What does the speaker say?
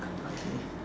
okay